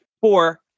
four